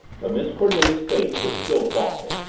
but miss cornelia's face was still thoughtful,